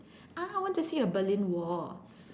ah I want to see a Berlin wall